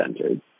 centered